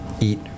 eat